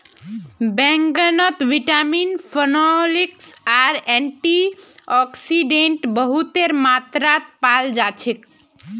बैंगनत vitamin, phenolics आर antioxidant बहुतेर मात्रात पाल जा छेक